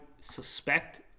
suspect